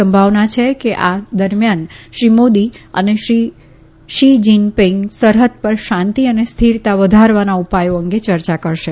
સંભાવના છે કે આ દરમ્યાન શ્રી મોદી અને શી જિનપિંગ સરહૃદ પર શાંતિ અને સ્થિરતા વધારવાના ઉપાયો અંગે ચર્ચા કરશે